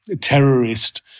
terrorist